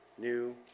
new